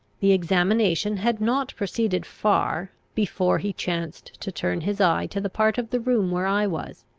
the examination had not proceeded far, before he chanced to turn his eye to the part of the room where i was.